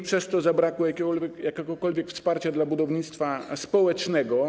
Przez to zabrakło jakiegokolwiek wsparcia dla budownictwa społecznego.